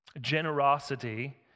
Generosity